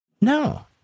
No